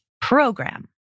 program